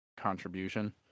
contribution